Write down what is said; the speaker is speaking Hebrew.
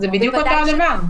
זה בדיוק אותו דבר.